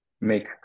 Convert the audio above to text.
make